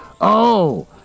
Oh